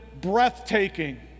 breathtaking